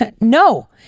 No